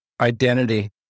identity